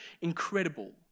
incredible